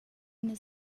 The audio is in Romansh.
ina